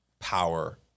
Power